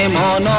and mon